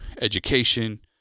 education